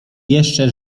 jeszcze